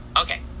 Okay